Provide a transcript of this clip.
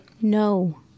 No